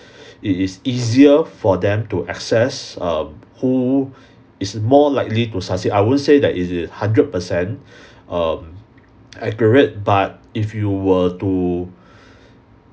it is easier for them to assess err who is more likely to succeed I won't say that it is a hundred percent um accurate but if you were to